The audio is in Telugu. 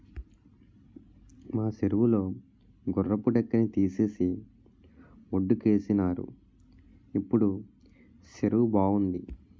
మా సెరువు లో గుర్రపు డెక్కని తీసేసి వొడ్డుకేసినారు ఇప్పుడు సెరువు బావుంది